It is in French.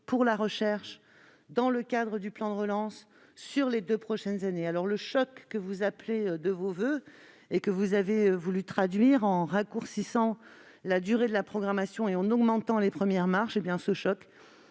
plan de relance consacrés à la recherche sur les deux prochaines années. Le choc que vous appelez de vos voeux, et que vous avez voulu traduire en raccourcissant la durée de la programmation et en augmentant les premières marches, a